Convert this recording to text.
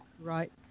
right